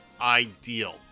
ideal